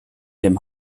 dem